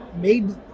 made